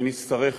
ונצטרך,